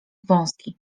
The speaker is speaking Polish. wąski